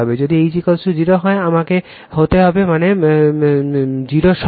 যদি H 0 হয় আমাকে হতে হবে I মানে 0 সব